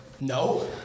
No